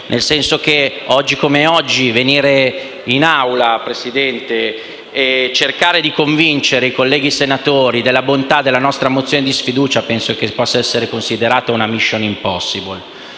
di sfiducia. Oggi come oggi, venire in Aula, signor Presidente, e cercare di convincere i colleghi senatori della bontà della nostra mozione di sfiducia penso possa essere considerata una *mission impossible*.